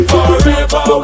Forever